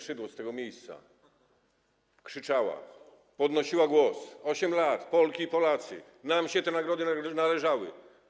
Szydło z tego miejsca krzyczała, podnosiła głos: 8 lat, Polki i Polacy, nam się te nagrody należały.